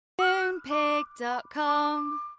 Moonpig.com